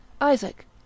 Isaac